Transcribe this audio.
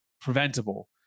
preventable